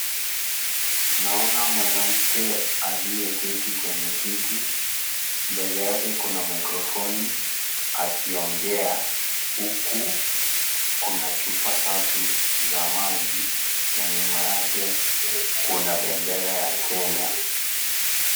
Naona mwanamke aliyeketi kwenye kiti, mbele yake kuna microfoni akiongea huku kuna chupa tatu za maji, na nyuma yake kuna bendera ya Kenya.